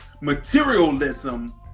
materialism